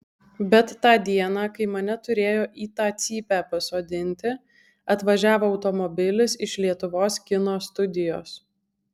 bet tą dieną kai mane turėjo į tą cypę pasodinti atvažiavo automobilis iš lietuvos kino studijos